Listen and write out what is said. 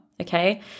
Okay